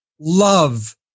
love